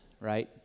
right